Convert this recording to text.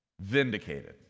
vindicated